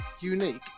unique